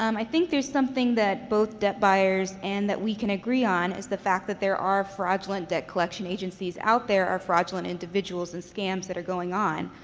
um i think there's something that both debt buyers and that we can agree on is the fact that there are fraudulent debt collection agencies out there or fraudulent individuals and scams that are going on.